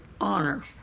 honor